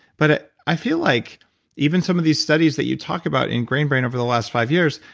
but i feel like even some of these studies that you talk about in grain brain over the last five years,